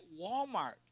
Walmart